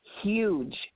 huge